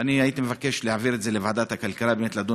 ואני הייתי מבקש להעביר את זה לוועדת הכלכלה ולדון